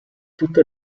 tutte